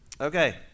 Okay